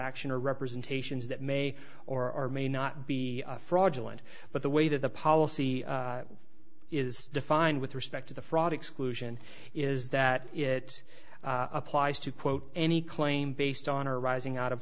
action or representations that may or may not be fraudulent but the way that the policy is defined with respect to the fraud exclusion is that it applies to quote any claim based on arising out of